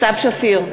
סתיו שפיר,